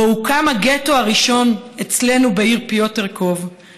שבו הוקם הגטו הראשון אצלנו בעיר פיוטרקוב,